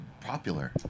popular